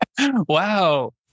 Wow